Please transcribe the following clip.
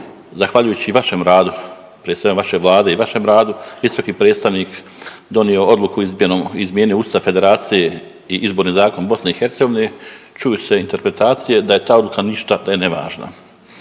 zahvaljujući vašem radu prije svega vaše Vlade i vašem radu visoki predstavnik donio odluku i izmijenio Ustav Federacije i Izborni zakon Bosne i Hercegovine čuju se interpretacije da je ta odluka ništa, da je nevažna.